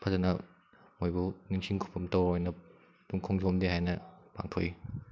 ꯐꯖꯅ ꯃꯣꯏꯕꯨ ꯅꯤꯡꯁꯤꯡ ꯈꯨꯕꯝꯇ ꯑꯣꯏꯅ ꯈꯣꯡꯖꯣꯝ ꯗꯦ ꯍꯥꯏꯅ ꯄꯥꯡꯊꯣꯛꯏ